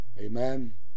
Amen